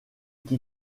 qui